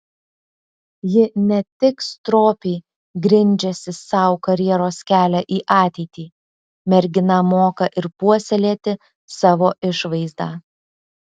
ji ne tik stropiai grindžiasi sau karjeros kelią į ateitį mergina moka ir puoselėti savo išvaizdą